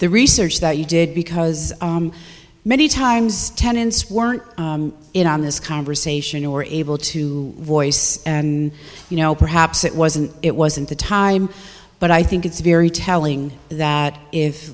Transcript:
the research that you did because many times tenants weren't in on this conversation you were able to voice and you know perhaps it wasn't it wasn't the time but i think it's very telling that if